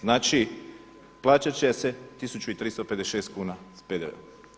Znači, plaćat će se 1356 kuna s PDV-om.